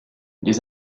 les